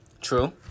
True